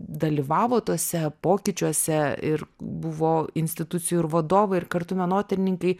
dalyvavo tuose pokyčiuose ir buvo institucijų ir vadovai ir kartu menotyrininkai